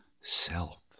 self